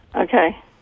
Okay